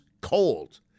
cold